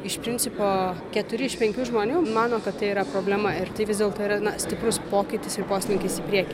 iš principo keturi iš penkių žmonių mano kad tai yra problema ir tai vis dėlto yra na stiprus pokytis ir poslinkis į priekį